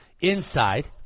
inside